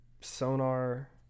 Sonar